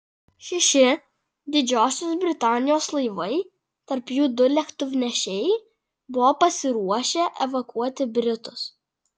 šeši didžiosios britanijos laivai tarp jų du lėktuvnešiai buvo pasiruošę evakuoti britus